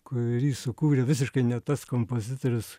kurį sukūrė visiškai ne tas kompozitorius